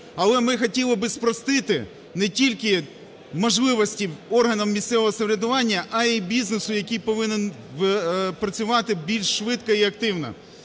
Але ми хотіли би спростити не тільки можливості органам місцевого самоврядування, а й бізнесу, який повинен працювати більш швидко і активно.